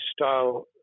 style